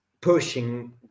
pushing